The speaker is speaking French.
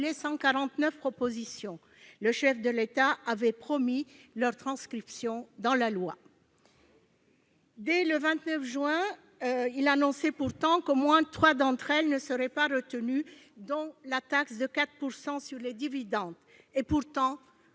149 propositions. Le chef de l'État avait promis la transcription de celles-ci dans la loi. Dès le 29 juin, il annonçait pourtant qu'au moins trois d'entre elles ne seraient pas retenues, dont la taxe de 4 % sur les dividendes. Et pourtant,